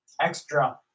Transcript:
Extra